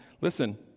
listen